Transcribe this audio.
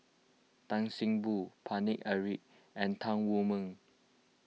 Tan See Boo Paine Eric and Tan Wu Meng